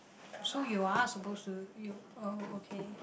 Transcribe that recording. so you are suppose to you oh okay